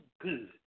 good